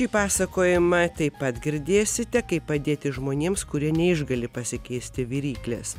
kaip pasakojama taip pat girdėsite kaip padėti žmonėms kurie neišgali pasikeisti viryklės